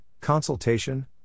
consultation